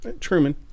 Truman